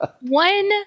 One